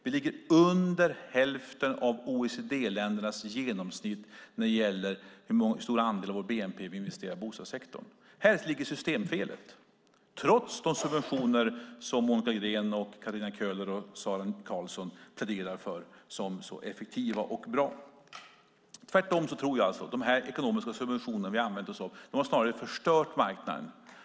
Vi ligger under hälften av OECD-ländernas genomsnitt vad gäller hur stor andel av vår bnp vi investerar i bostadssektorn. Här ligger systemfelet, trots de subventioner som Monica Green, Katarina Köhler och Sara Karlsson pläderar för som så effektiva och bra. Jag tror tvärtom att de ekonomiska subventioner vi använt oss av snarare har förstört marknaden.